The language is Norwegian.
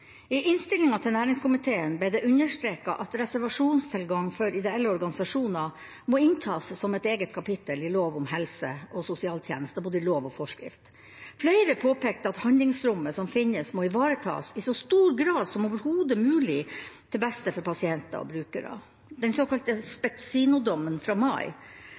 I innstillinga fra næringskomiteen ble det understreket at reservasjonstilgang for ideelle organisasjoner må inntas som et eget kapittel i lov om helse- og sosialtjenester, både i lov og i forskrift. Flere påpekte at handlingsrommet som finnes, må ivaretas i så stor grad som overhodet mulig, til beste for pasienter og brukere. Den såkalte Spezzino-dommen fra mai